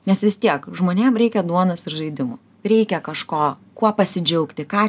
nes vis tiek žmonėm reikia duonos ir žaidimų reikia kažko kuo pasidžiaugti ką